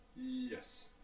Yes